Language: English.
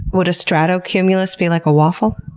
would a strato-cumulus be like a waffle?